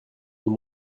nous